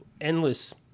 endless